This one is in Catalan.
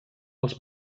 els